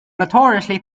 notoriously